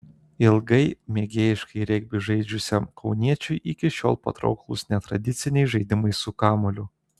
ilgai mėgėjiškai regbį žaidusiam kauniečiui iki šiol patrauklūs netradiciniai žaidimai su kamuoliu